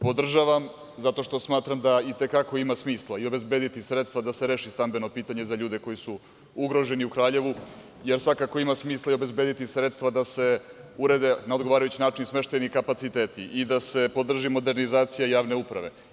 Podržavam zato što smatram da i te kako ima smisla obezbediti sredstva da se reši stambeno pitanje za ljude koji su ugroženi u Kraljevu, jer svakako ima smisla obezbediti sredstva da se urede na odgovarajući način smeštajni kapaciteti i da se podrži modernizacija javne uprave.